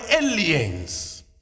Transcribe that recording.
aliens